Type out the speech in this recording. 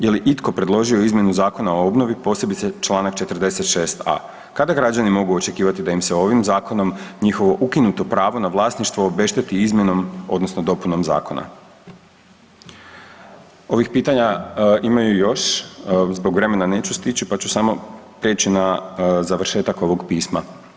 Je li itko predložio izmjenu Zakona o obnovi posebice čl. 46.a. kada građani mogu očekivati da im se ovim zakonom njihovo ukinuto pravo na vlasništvo obešteti izmjenom odnosno dopunom zakona?“ Ovih pitanja imaju još zbog vremena neću stići pa ću samo prijeći na završetak ovog pisma.